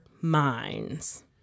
minds